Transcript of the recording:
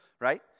Right